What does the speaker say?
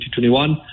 2021